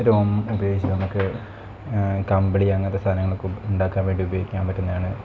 രോമം ഉപയോഗിച്ചു നമുക്ക് കമ്പളി അങ്ങനത്തെ സാധനങ്ങളൊക്കെ ഉണ്ടാക്കാൻ വേണ്ടി ഉപയോഗിക്കാൻ പറ്റുന്നയാണ്